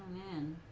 in